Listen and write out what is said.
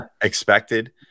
expected